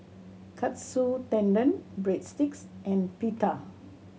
Katsu Tendon Breadsticks and Pita